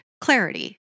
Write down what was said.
clarity